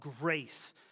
grace